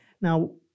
Now